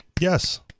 Yes